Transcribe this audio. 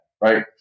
Right